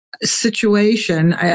situation